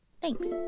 Thanks